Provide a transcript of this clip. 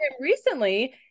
recently